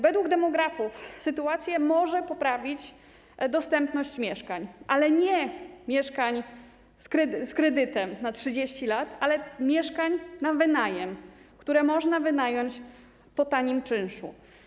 Według demografów sytuację może poprawić dostępność mieszkań, ale nie mieszkań z kredytem na 30 lat, tylko mieszkań na wynajem, które można wynająć, płacąc tani czynsz.